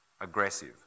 aggressive